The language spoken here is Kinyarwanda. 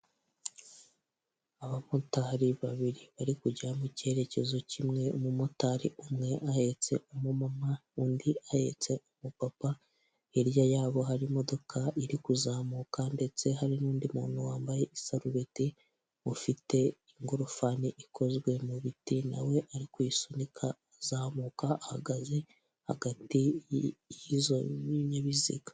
Abamotari babiri bari kujya mu cyerekezo kimwe, umumotari umwe ahetse umumama undi ahetse umupapa. Hirya yabo hari imodoka iri kuzamuka ndetse hari n'undi muntu wambaye isarubeti ufite ingofani ikozwe mu biti, nawe ari kuyisunika azamuka ahagaze hagati y'izo binyabiziga.